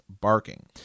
barking